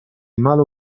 malo